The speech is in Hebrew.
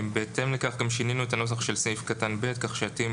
בהתאם לכך גם שינינו את הנוסח של סעיף קטן (ב) כך שיתאים